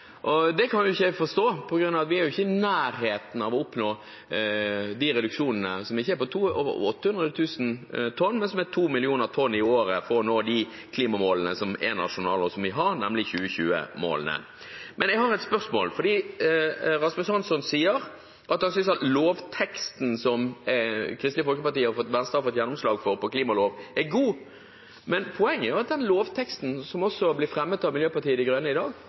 klima. Det kan jeg ikke forstå. Vi er ikke i nærheten av å oppnå reduksjonene – ikke 800 000 tonn, men 2 millioner tonn i året – for å kunne nå de nasjonale klimamålene vi har, nemlig 2020-målene. Jeg har et spørsmål fordi Rasmus Hansson sier han synes lovteksten som Kristelig Folkeparti og Venstre har fått gjennomslag for, er god. Men poenget er at den lovteksten som blir fremmet av Miljøpartiet De Grønne i dag,